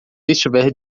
estiver